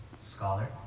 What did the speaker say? scholar